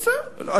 בסדר,